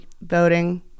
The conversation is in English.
voting